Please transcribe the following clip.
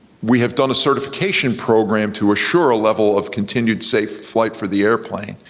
we have done a certification program to assure a level of continued safe flight for the airplane.